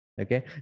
okay